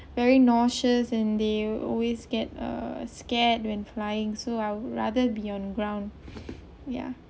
very nauseous and they always get uh scared when flying so I would rather be on the ground yeah